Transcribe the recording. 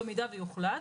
אבל במידה ויוחלט,